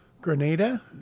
Grenada